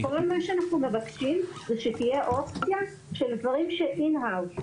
כל מה שאנחנו מבקשים זה שתהיה אופציה לדברים ש-in house.